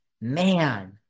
man